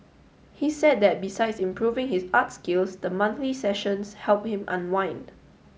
he said that besides improving his art skills the monthly sessions help him unwind